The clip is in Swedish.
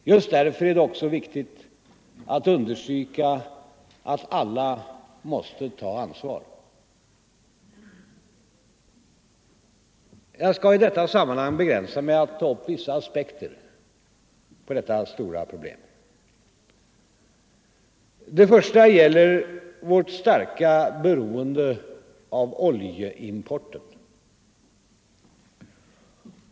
Just därför är det också viktigt att understryka att alla måste ta ansvar. Jag skall i detta sammanhang begränsa mig till att ta upp vissa aspekter på detta stora problem. Den första gäller vårt starka beroende av oljeimporten.